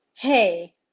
Hey